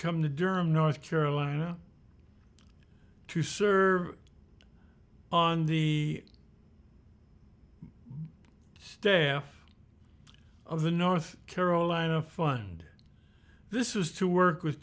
come to durham north carolina to serve on the staff of the north carolina fund this is to work with